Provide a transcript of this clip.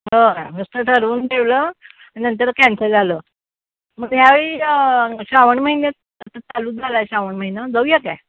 हो नुसतं ठरवून ठेवलं नंतर कॅन्सल झालं मग यावेळी श्रावण महिन्यात आता चालू झाला आहे श्रावण महिना जाऊया काय